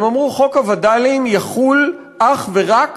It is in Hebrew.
הם אמרו: חוק הווד"לים יחול אך ורק